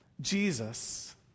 Jesus